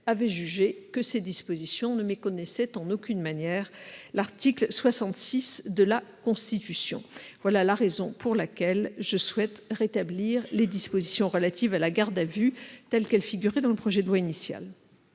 avait jugé que ces dispositions ne méconnaissaient en aucune manière l'article 66 de la Constitution. Voilà la raison pour laquelle je souhaite rétablir les dispositions relatives à la garde à vue telles qu'elles figuraient dans le projet de loi initial.